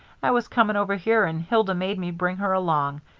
i was coming over here and hilda made me bring her along.